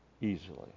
easily